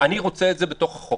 אני רוצה את זה בתוך החוק.